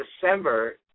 December